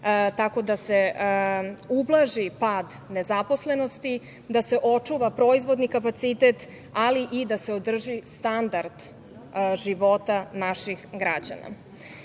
tako da se ublaži pad nezaposlenosti, da se očuva proizvodni kapacitet, ali i da se održi standard života naših građana. Sve